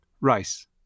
Rice